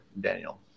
Daniel